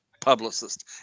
publicist